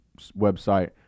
website